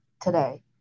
today